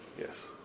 Yes